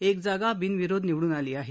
एक जागा बिनविरोध निवडून आली आहे